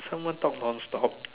someone talk non stop